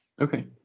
Okay